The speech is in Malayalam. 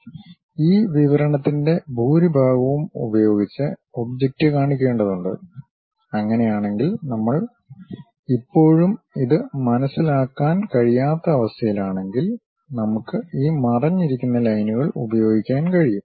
അതിനാൽ ഈ വിവരണത്തിന്റെ ഭൂരിഭാഗവും ഉപയോഗിച്ച് ഒബ്ജക്റ്റ് കാണിക്കേണ്ടതുണ്ട് അങ്ങനെയാണെങ്കിൽനമ്മൾ ഇപ്പോഴും അത് മനസ്സിലാക്കാൻ കഴിയാത്ത അവസ്ഥയിലാണെങ്കിൽ നമുക്ക് ഈ മറഞ്ഞിരിക്കുന്ന ലൈനുകൾ ഉപയോഗിക്കാൻ കഴിയും